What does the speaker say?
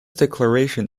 declaration